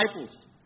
disciples